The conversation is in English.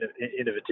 innovative